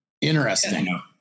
Interesting